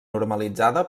normalitzada